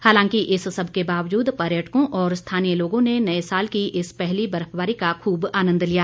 हालांकि इस सब के बावजूद पर्यटकों और स्थानीय लोगों ने नए साल की इस पहली बर्फबारी का खूब आनंद लिया